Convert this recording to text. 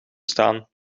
staan